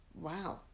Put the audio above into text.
Wow